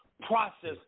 process